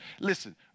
Listen